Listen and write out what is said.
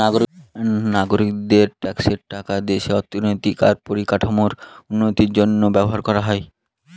নাগরিকদের ট্যাক্সের টাকা দেশের অর্থনৈতিক আর পরিকাঠামোর উন্নতির জন্য ব্যবহার করা হয়